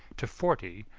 to forty,